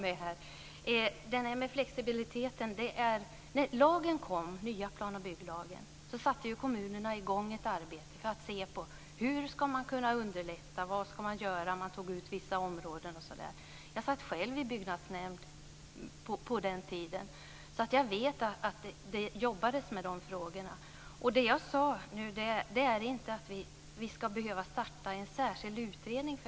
Fru talman! Nu hängde jag med. När den nya plan och bygglagen trädde i kraft satte kommunerna i gång ett arbete för att se på vad som kan underlättas, vad som kan göras i vissa områden. Jag satt själv i en byggnadsnämnd på den tiden. Jag vet att det jobbades med de frågorna. Jag har inte sagt att vi ska behöva starta en särskild utredning.